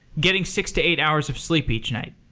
getting six to eight hours of sleep each night?